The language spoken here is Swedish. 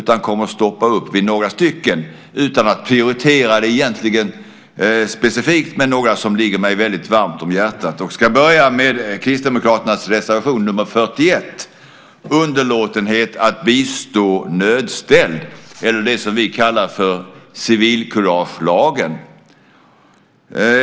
Jag kommer att stoppa upp vid några stycken utan att egentligen prioritera specifikt. Men det är några reservationer som ligger mig varmt om hjärtat. Jag ska börja med Kristdemokraternas reservation nr 41 om underlåtenhet att bistå nödställd, eller det som vi kallar för civilkuragelagen.